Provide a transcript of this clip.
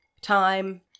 time